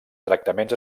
tractaments